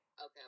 okay